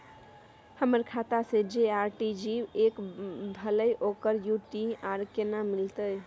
हमर खाता से जे आर.टी.जी एस भेलै ओकर यू.टी.आर केना मिलतै?